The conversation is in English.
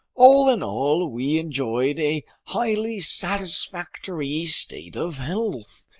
all in all, we enjoyed a highly satisfactory state of health.